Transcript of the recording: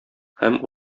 һәм